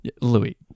Louis